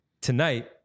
tonight